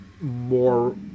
more